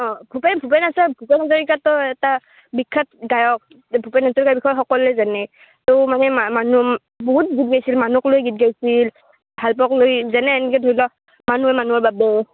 অঁ ভূপেন ভূপেন আছে ভূপেন হাজৰিকাতো এটা বিখ্যাত গায়ক এই ভূপেন হাজৰিকাৰ বিষয়ে সকলোৱে জানে তো মানে মা মানুহ বহুত গীত গাইছিল মানুহক লৈ গাইছিল ভালপোৱাক লৈ যেনে এনেকৈ ধৰি লওক মানুহে মানুহৰ বাবে